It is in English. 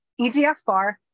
EGFR